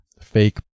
fake